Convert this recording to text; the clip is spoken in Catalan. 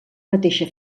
mateixa